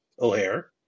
O'Hare